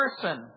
person